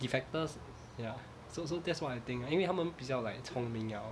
defectors ya so so that's what I think ah 因为他们比较 like 聪明 liao